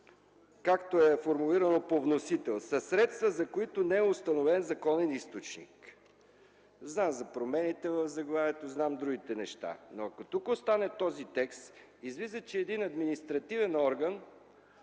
както е формулирано по вносител – „със средства, за които не е установен законен източник”. Знам за промените в заглавието, знам другите неща. Ако тук остане този текст, излиза, че един административен орган